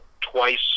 twice